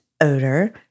odor